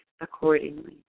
accordingly